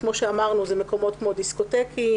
כמו שאמרנו, זה מקומות כמו דיסקוטקים